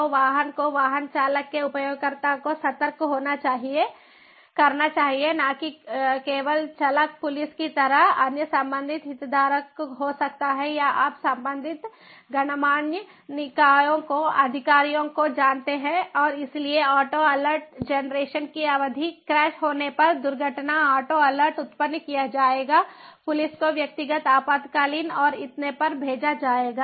तो वाहन को वाहन चालक के उपयोगकर्ता को सतर्क करना चाहिए और न केवल चालक पुलिस की तरह अन्य संबंधित हितधारक हो सकता है या आप संबंधित गणमान्य निकायों को अधिकारियों को जानते हैं और इसलिए ऑटो अलर्ट जनरेशन की अवधि क्रैश होने पर दुर्घटना ऑटो अलर्ट उत्पन्न किया जाएगा पुलिस को व्यक्तिगत आपातकालीन और इतने पर भेजा जाएगा